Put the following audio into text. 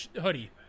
hoodie